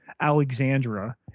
Alexandra